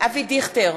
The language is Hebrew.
אבי דיכטר,